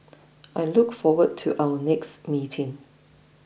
I look forward to our next meeting